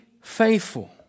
faithful